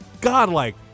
godlike